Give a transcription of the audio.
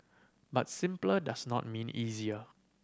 but simpler does not mean easier